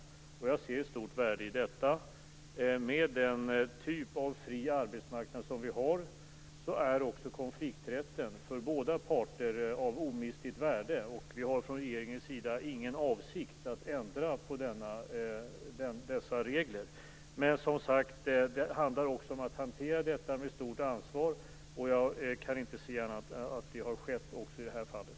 Jag ser ett stort värde i detta. Med den typ av fri arbetsmarknad som vi har är också konflikträtten, för båda parter, av omistligt värde. Vi har från regeringens sida ingen avsikt att ändra på dessa regler. Men, som sagt, det handlar också om att hantera detta med stort ansvar, och jag kan inte se annat än att så har skett också i det här fallet.